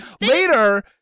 Later